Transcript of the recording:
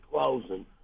closing